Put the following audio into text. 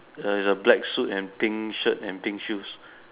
err is a black suit and pink shirt and pink shoes